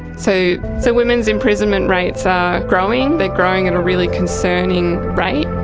so so women's imprisonment rates are growing, they're growing at a really concerning rate.